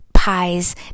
pies